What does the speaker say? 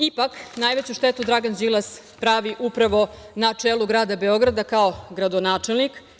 Ipak, najveću štetu Dragan Đilas pravi upravo na čelu Grada Beograda, kao gradonačelnik.